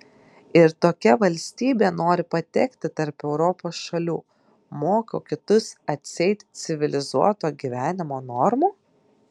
ir tokia valstybė nori patekti tarp europos šalių moko kitus atseit civilizuoto gyvenimo normų